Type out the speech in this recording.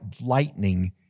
lightning